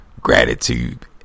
gratitude